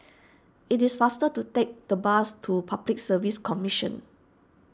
it is faster to take the bus to Public Service Commission